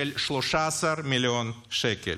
של 13 מיליון שקל.